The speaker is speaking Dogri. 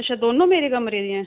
अच्छा दौनों मेरे कमरे दियां